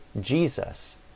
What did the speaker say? Jesus